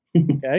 Okay